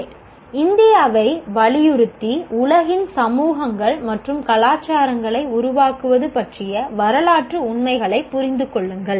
ஏ இந்தியாவை வலியுறுத்தி உலகின் சமூகங்கள் மற்றும் கலாச்சாரங்களை உருவாக்குவது பற்றிய வரலாற்று உண்மைகளைப் புரிந்து கொள்ளுங்கள்